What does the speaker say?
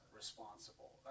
responsible